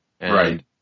Right